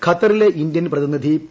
ഖത്തറിലെ ഇന്ത്യൻ പ്രതിനിധി പി